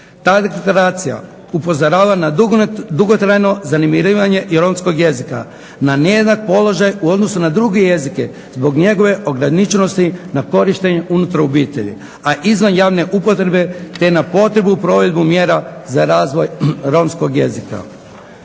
Ta deklaracija upozorava na dugotrajno zanemarivanje romskog jezika, na nejednak položaj u odnosu na druge jezike, zbog njegove ograničenosti na korištenje unutar obitelji, a izvan javne upotrebe te na potrebu provedbe mjera za razvoj romskog jezika.